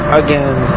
again